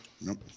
Nope